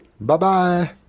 Bye-bye